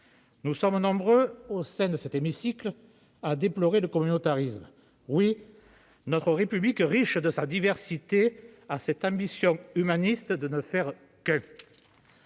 Nous sommes nombreux, au sein de cet hémicycle, à déplorer le communautarisme. Oui, notre République, riche de sa diversité, nourrit l'ambition humaniste de ne faire qu'un